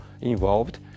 involved